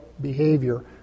behavior